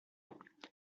and